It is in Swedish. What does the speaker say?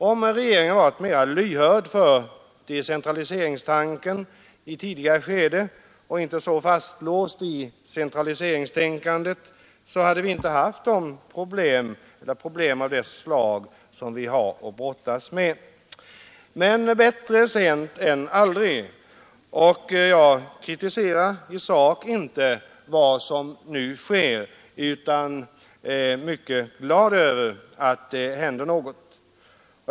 Om regeringen hade varit mera lyhörd för decentraliseringstanken i ett tidigare skede och inte varit så fastlåst i centraliseringstänkandet hade vi inte haft problem av det slag vi nu brottas med. Men bättre sent än aldrig. Jag kritiserar inte i sak vad som nu sker utan är mycket glad över att det händer något.